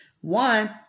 one